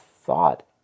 thought